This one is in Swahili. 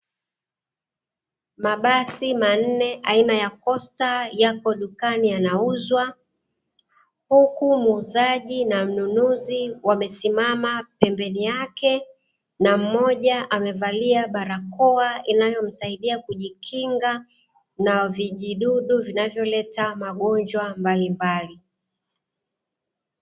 Mabasi manne aina ya kosta, yako dukani yanauzwa huku muuzaji na mnunuzi wamesimama pembeni yake na mmoja amevalia barakoa inayomsaidia kujikinga na vijidudu vinavyoleta magonjwa mbalimbali.